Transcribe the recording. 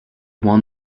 won